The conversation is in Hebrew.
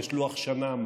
יש לוח שנה מאחוריך.